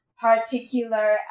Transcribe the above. particular